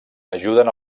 ajuden